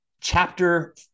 chapter